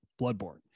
bloodborne